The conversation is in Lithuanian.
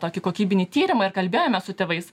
tokį kokybinį tyrimą ir kalbėjomės su tėvais